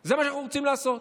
זה מה שאנחנו רוצים לעשות.